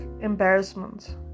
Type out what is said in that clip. embarrassment